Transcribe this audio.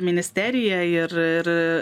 ministerija ir ir